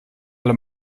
alle